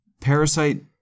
Parasite